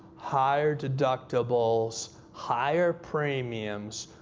higher deductibles, higher premiums,